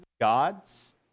gods